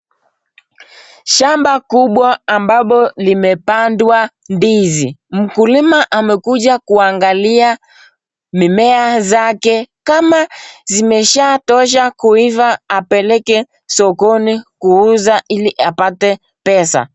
Shamba kubwa ambapo limepandwa ndizi, mkulima amekuja kuangalia mimmea zake kama zimeshaa tosha kuiva apeleke sokoni kuuza ili apate pesa.